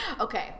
Okay